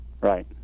Right